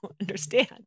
understand